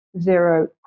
zero